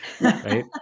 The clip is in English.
right